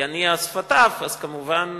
יניע שפתיו, הוא כמובן